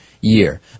year